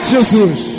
Jesus